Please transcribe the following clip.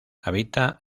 habita